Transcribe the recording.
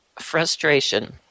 frustration